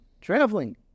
traveling